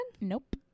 nope